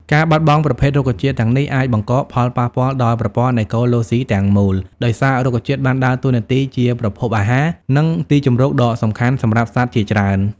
ការបាត់បង់ប្រភេទរុក្ខជាតិទាំងនេះអាចបង្កផលប៉ះពាល់ដល់ប្រព័ន្ធអេកូឡូស៊ីទាំងមូល ដោយសាររុក្ខជាតិបានដើរតួនាទីជាប្រភពអាហារ និងទីជម្រកដ៏សំខាន់សម្រាប់សត្វជាច្រើន។